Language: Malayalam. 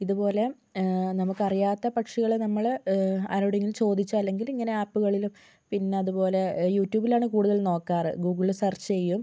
ഇതുപോലെ നമുക്കറിയാത്ത പക്ഷികൾ നമ്മൾ ആരോടെങ്കിലും ചോദിച്ച് അല്ലെങ്കിൽ ഇങ്ങനെ ആപ്പുകളിലും പിന്നതുപോലെ യൂട്യൂബിലാണ് കൂടുതലും നോക്കാറ് ഗൂഗിളിൽ സെർച്ച് ചെയ്യും